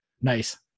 nice